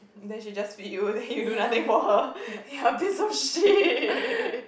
then she just feed you then you do nothing for her you are a piece of shit